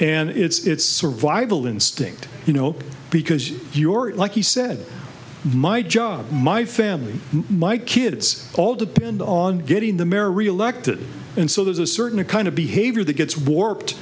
and it's survival instinct you know because your like he said my job my family my kids all depend on getting the mare reelected and so there's a certain kind of behavior that gets warped